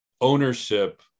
ownership